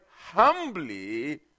humbly